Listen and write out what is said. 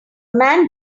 man